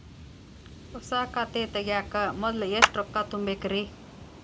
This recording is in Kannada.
ಹೊಸಾ ಖಾತೆ ತಗ್ಯಾಕ ಮೊದ್ಲ ಎಷ್ಟ ರೊಕ್ಕಾ ತುಂಬೇಕ್ರಿ?